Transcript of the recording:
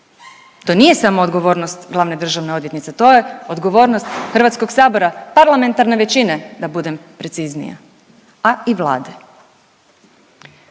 To nije samo odgovornost glavne državne odvjetnice, to je odgovornost Hrvatskog sabora, parlamentarne većine da budem preciznija, a i Vlade.